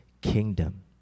kingdom